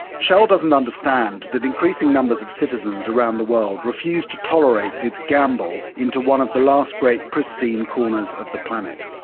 shell doesn't understand that increasing numbers of citizens around the world refuse to tolerate its gambol into one of the last great pristine corners of the planet.